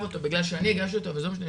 אותו בגלל שאני הגשתי אותו וזה לא משנה,